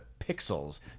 pixels